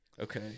Okay